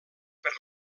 per